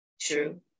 True